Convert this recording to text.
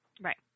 right